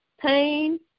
pain